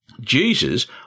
Jesus